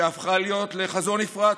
שהפכה להיות חזון נפרץ.